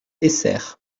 essert